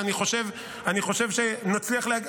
ואני חושב שנצליח להגיע,